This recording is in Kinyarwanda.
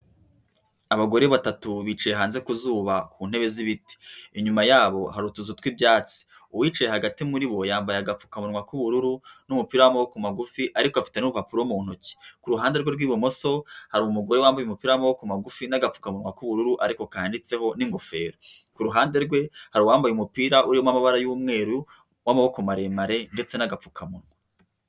Abagore batatu bicaye hanze ku zuba ku ntebe z'ibiti. Inyuma yabo hari utuzu tw'ibyatsi. Uwicaye hagati muri bo yambaye agapfukamunwa k'ubururu n'umupira w'amaboko magufi ariko afite n'urupapuro mu ntoki. Ku ruhande rwe rw'ibumoso hari umugore wambaye umupira w'amaboko magufi n'agafukamuwa k'ubururu ariko kanditseho n'ingofero. Ku ruhande rwe hari uwambaye umupira urimo amabara y'umweruru w'amaboko maremare ndetse n'agapfukamunwa.